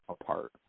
apart